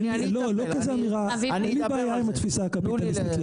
אין לי בעיה עם התפיסה הקפיטליסטית,